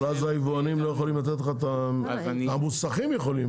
אבל אז היבואנים לא יכולים לתת לך את --- המוסכים יכולים,